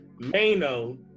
Mano